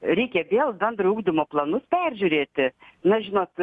reikia vėl bendrojo ugdymo planus peržiūrėti na žinot